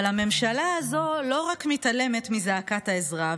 אבל הממשלה הזו לא רק מתעלמת מזעקת העזרה,